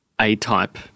A-type